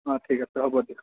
অ' ঠিক আছে হ'ব দিয়ক